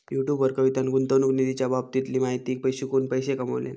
YouTube वर कवितान गुंतवणूक निधीच्या बाबतीतली माहिती शिकवून पैशे कमावल्यान